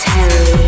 Terry